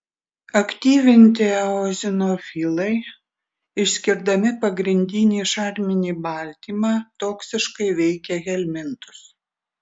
aktyvinti eozinofilai išskirdami pagrindinį šarminį baltymą toksiškai veikia helmintus